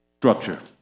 structure